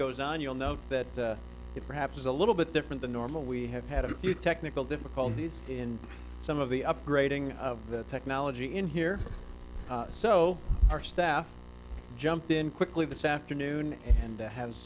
goes on you'll note that it perhaps is a little bit different than normal we have had a few technical difficulties in some of the upgrading of the technology in here so our staff jumped in quickly this afternoon and